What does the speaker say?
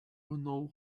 know